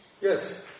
Yes